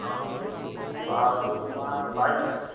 বাওটো বাওটো তোমাৰ বাইছশ